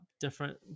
different